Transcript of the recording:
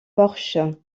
porche